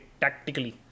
tactically